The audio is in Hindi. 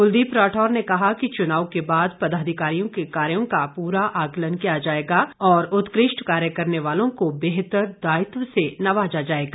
कुलदीप राठौर ने कहा कि चुनाव के बाद पदाधिकारियों के कार्यों का पूरा आंकलन किया जाएगा और उत्कृष्ट कार्य करने वालों को बेहतर दायित्व से नवाजा जाएगा